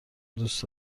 دوست